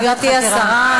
גברתי השרה,